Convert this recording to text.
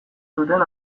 zuten